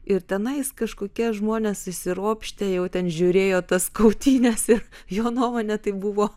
ir tenais kažkokie žmonės įsiropštę jau ten žiūrėjo tas kautynes ir jo nuomone tai buvo